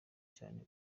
cyane